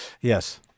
yes